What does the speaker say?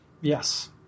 Yes